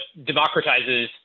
democratizes